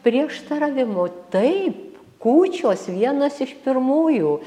prieštaravimo taip kūčios vienas iš pirmųjų